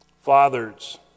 Fathers